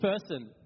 person